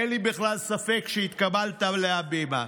אין לי בכלל ספק שהתקבלת להבימה.